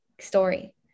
story